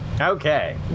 Okay